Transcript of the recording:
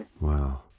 Wow